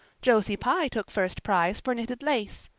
josie pye took first prize for knitted lace.